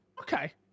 okay